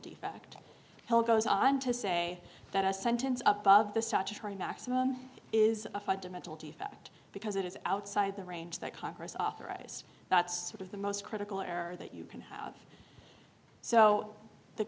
defect hell goes on to say that a sentence above the statutory maximum is a fundamental defect because it is outside the range that congress authorized that's one of the most critical error that you can have so the